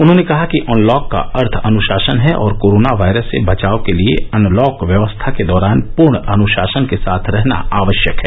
उन्होंने कहा कि अनलॉक का अर्थ अनुशासन है और कोरोना वायरस से बचाव के लिए अनलॉक व्यवस्था के दौरान पूर्ण अनुशासन के साथ रहना आवश्यक है